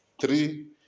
three